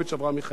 אברהם מיכאלי,